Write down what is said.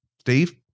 Steve